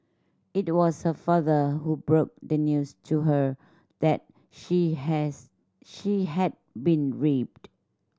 it was her father who broke the news to her that she has she had been raped